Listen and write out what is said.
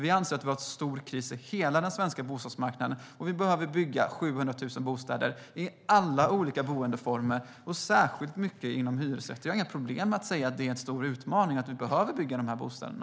Vi anser att vi har stor kris på hela den svenska bostadsmarknaden och att vi behöver bygga 700 000 bostäder i alla olika boendeformer och särskilt mycket inom hyresrätt. Vi har inga problem med att säga att det är en stor utmaning och att vi behöver bygga de bostäderna.